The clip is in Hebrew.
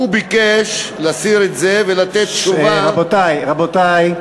הוא ביקש להסיר את זה ולתת תשובה, רבותי, רבותי.